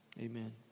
Amen